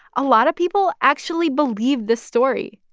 a lot of people actually believed this story.